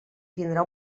tindrà